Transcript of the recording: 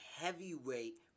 heavyweight